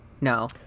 No